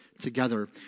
together